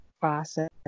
process